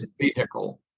vehicle